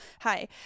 Hi